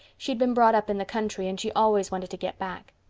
she'd been brought up in the country and she always wanted to get back.